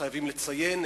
חייבים לציין,